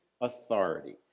authority